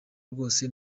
rwose